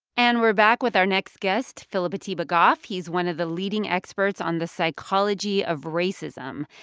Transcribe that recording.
and we're back with our next guest, phillip atiba goff. he's one of the leading experts on the psychology of racism,